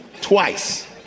twice